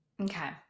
Okay